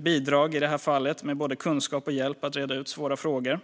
bidrag i detta fall med både kunskap och hjälp att reda ut svåra frågor.